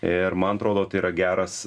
ir man atrodo tai yra geras